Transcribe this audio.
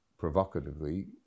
provocatively